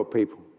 people